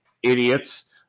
Idiots